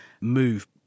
move